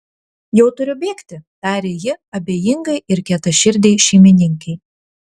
jau turiu bėgti tarė ji abejingai ir kietaširdei šeimininkei